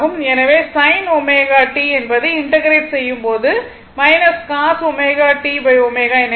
எனவே sin ω t என்பதை integrate செய்யும் போது cos ω t ω என கிடைக்கும்